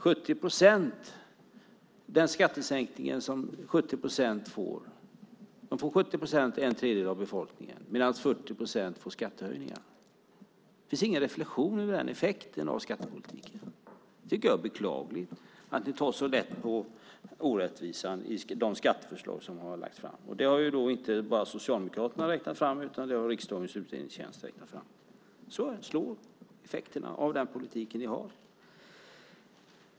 70 procent av skattesänkningen går till en tredjedel av befolkningen. 40 procent får skattehöjningar. Det finns ingen reflexion över den effekten av skattepolitiken. Jag tycker att det är beklagligt att ni tar så lätt på orättvisan i de skatteförslag som ni har lagt fram. Det här har inte bara Socialdemokraterna räknat fram utan det har riksdagens utredningstjänst räknat fram. Så slår effekterna av den politik ni för.